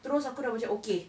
terus aku dah macam okay